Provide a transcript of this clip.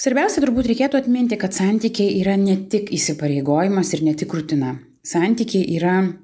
svarbiausia turbūt reikėtų atminti kad santykiai yra ne tik įsipareigojimas ir ne tik rutina santykiai yra